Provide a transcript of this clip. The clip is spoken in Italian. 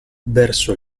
verso